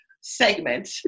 segment